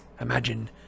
Imagine